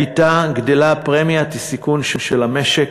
הייתה גדלה פרמיית הסיכון של המשק,